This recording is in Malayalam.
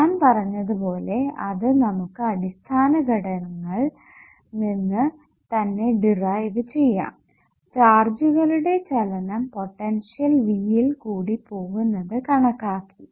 ഞാൻ പറഞ്ഞത് പോലെ അത് നമുക്ക് അടിസ്ഥാനഘടകങ്ങൾ നിന്ന് തന്നെ ഡിറൈവ് ചെയ്യാം ചാർജുകളുടെ ചലനം പൊട്ടൻഷ്യൽ V യിൽ കൂടി പോകുന്നത് കണക്കാക്കി